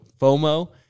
FOMO